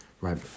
right